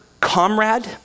comrade